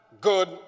good